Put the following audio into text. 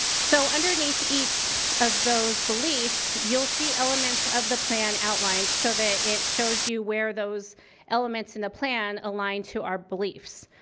so underneath each of those beliefs, you'll see elements of the plan outlined so that it shows you where those elements in the plan align to our beliefs.